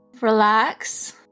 Relax